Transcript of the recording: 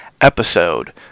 episode